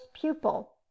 pupil